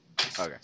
Okay